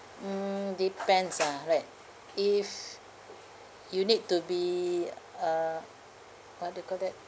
mm depends ah right if you need to be uh what do you call that